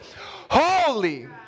Holy